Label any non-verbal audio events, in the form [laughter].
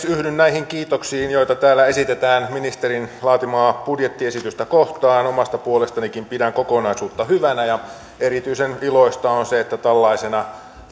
[unintelligible] yhdyn näihin kiitoksiin joita täällä esitetään ministerin laatimaa budjettiesitystä kohtaan omasta puolestanikin pidän kokonaisuutta hyvänä ja erityisen iloista on on se että tällaisena [unintelligible]